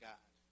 God